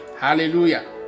Hallelujah